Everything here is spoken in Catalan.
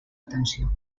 atenció